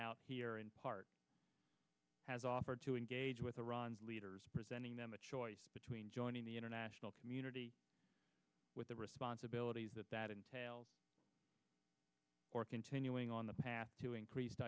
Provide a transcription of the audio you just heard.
out here in part has offered to engage with iran's leaders presenting them a choice between joining the international community with the responsibilities that that entails or continuing on the path to increased